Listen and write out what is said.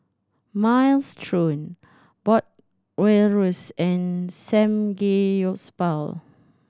Minestrone and Samgeyopsal